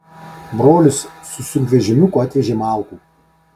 brolis su sunkvežimiuku atvežė malkų